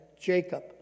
Jacob